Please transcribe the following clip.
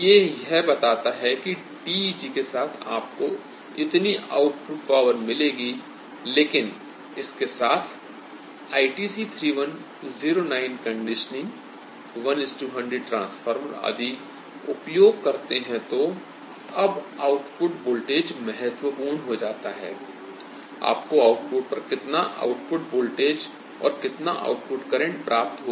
ये यह बताता है कि TEG के साथ आपको इतनी आउटपुट पॉवर मिलेगी लेकिन इसके साथ ITC3109 कंडीशनिंग 1100 ट्रांसफार्मर आदि उपयोग करते हैं तो अब आउटपुट वोल्टेज Vout महत्वपूर्ण हो जाता है I आपको आउटपुट पर कितना आउटपुट वोल्टेज Vout और कितना आउटपुट करेंट Iout प्राप्त होगा